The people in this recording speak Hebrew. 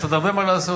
יש עוד הרבה מה לעשות.